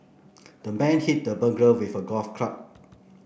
the man hit the burglar with a golf club